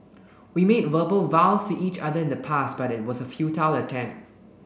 we made verbal vows to each other in the past but it was a futile attempt